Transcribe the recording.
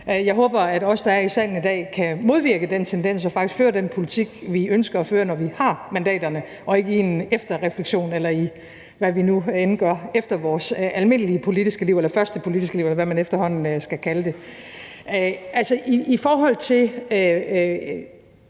Jeg håber, at os, der er i salen i dag, kan modvirke den tendens og faktisk føre den politik, vi ønsker at føre, når vi har mandaterne, og ikke i en efterrefleksion eller i, hvad vi nu end gør efter vores almindelige politiske liv eller første politiske liv, eller hvad man efterhånden skal kalde det. I forhold til